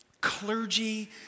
clergy